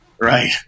right